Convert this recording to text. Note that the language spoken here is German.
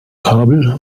kabel